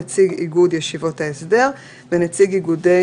נציג איגוד ישיבות ההסדר ונציג איגודי